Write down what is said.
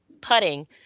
putting